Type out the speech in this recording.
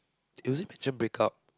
or was it mention break up